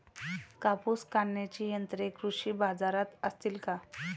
कापूस काढण्याची यंत्रे कृषी बाजारात असतील का?